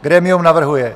Grémium navrhuje: